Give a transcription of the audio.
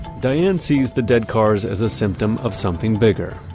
diane sees the dead cars as a symptom of something bigger.